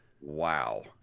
Wow